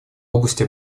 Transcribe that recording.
области